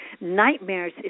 nightmares